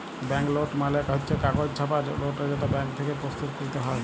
bank note মালে হচ্ছ কাগজে ছাপা লোট যেটা ব্যাঙ্ক থেক্যে প্রস্তুতকৃত হ্যয়